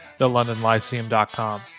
thelondonlyceum.com